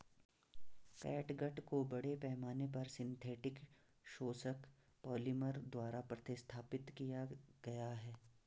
catgut को बड़े पैमाने पर सिंथेटिक शोषक पॉलिमर द्वारा प्रतिस्थापित किया गया है